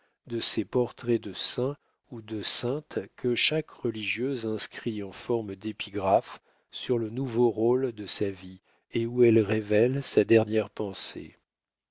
de ces portraits de saints ou de saintes que chaque religieuse inscrit en forme d'épigraphe sur le nouveau rôle de sa vie et où elle révèle sa dernière pensée